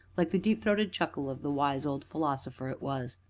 like the deep-throated chuckle of the wise old philosopher it was.